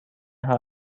her